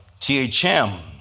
THM